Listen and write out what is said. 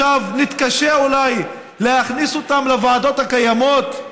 ואולי נתקשה עכשיו להכניס אותם לוועדות הקיימות.